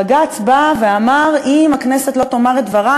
בג"ץ בא ואמר: אם הכנסת לא תאמר את דברה,